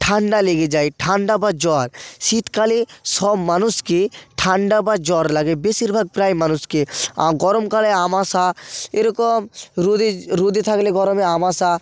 ঠান্ডা লেগে যায় ঠান্ডা বা জ্বর শীতকালে সব মানুষকে ঠান্ডা বা জ্বর লাগে বেশিরভাগ প্রায় মানুষকে গরম কালে আমাশা এরকম রোদে রোদে থাকলে গরমে আমাশা